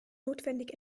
notwendig